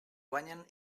guanyen